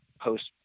post